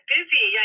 Busy